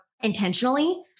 intentionally